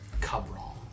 Cabral